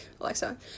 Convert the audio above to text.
Alexa